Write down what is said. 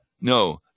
No